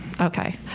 Okay